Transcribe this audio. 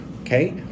okay